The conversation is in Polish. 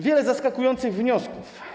Wiele zaskakujących wniosków.